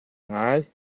ngai